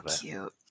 cute